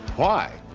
why?